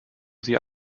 sie